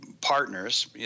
partners